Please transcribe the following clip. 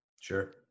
Sure